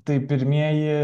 tai pirmieji